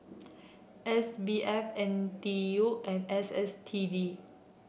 S B F N T U and S S T D